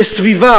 בסביבה,